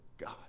God